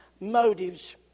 Motives